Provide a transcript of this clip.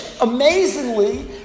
amazingly